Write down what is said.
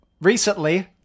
recently